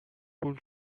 پول